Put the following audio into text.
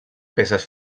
peces